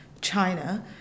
China